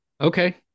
Okay